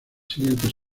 siguientes